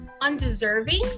undeserving